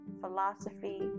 philosophy